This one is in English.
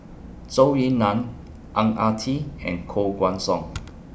Zhou Ying NAN Ang Ah Tee and Koh Guan Song